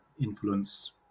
influence